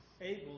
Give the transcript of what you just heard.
able